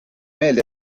meeldi